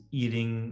eating